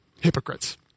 Hypocrites